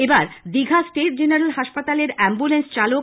এবার Digha state general হাসপাতালের ambulance চালক